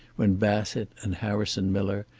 when bassett and harrison miller,